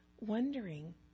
wondering